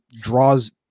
draws